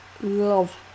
love